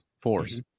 force